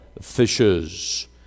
fishes